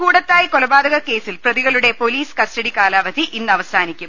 കൂടത്തായ് കൊലപാതക കേസിൽ പ്രതികളുടെ പോലീസ് കസ്റ്റഡി കാലാവധി ഇന്നവസാനിക്കും